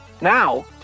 Now